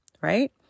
right